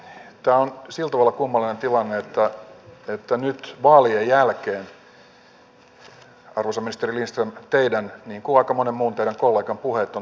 tämä on sillä tavalla kummallinen tilanne että nyt vaalien jälkeen arvoisa ministeri lindström teidän niin kuin aika monen teidän kolleganne puheenne ovat täysin muuttuneet